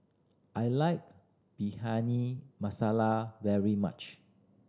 I like masala very much